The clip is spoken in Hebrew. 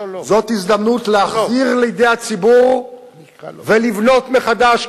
זו הזדמנות להחזיר לידי הציבור ולבלוט מחדש,